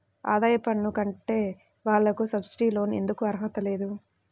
ఆదాయ పన్ను కట్టే వాళ్లకు సబ్సిడీ లోన్ ఎందుకు అర్హత లేదు?